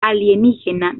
alienígena